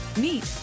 meet